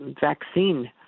vaccine